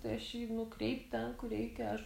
tai aš jį nukreipt ten kur reikia aš